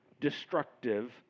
Destructive